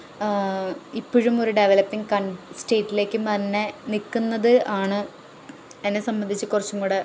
ഇപ്പോഴും ഒരു ഡെവലപ്പിങ്ങ് കൺ സ്റ്റേറ്റിലേക്ക് മന്നെ നിൽക്കുന്നത് ആണ് എന്നെ സംബന്ധിച്ച് കുറച്ചും കൂടി